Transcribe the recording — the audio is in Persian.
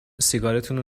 سیگارتونو